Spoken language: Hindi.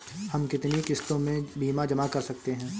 हम कितनी किश्तों में बीमा जमा कर सकते हैं?